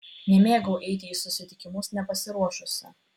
nemėgau eiti į susitikimus nepasiruošusi